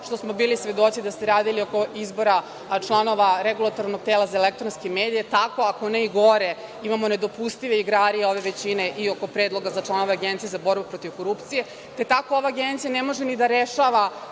što smo bili svedoci da ste radili oko izbora članova regulatornog tela za elektronske medije, tako, ako ne i gore, imamo nedopustive igrarije ove većine i oko predloga za članove Agencije za borbu protiv korupcije, te tako ova Agencija ne može ni da rešava,